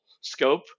scope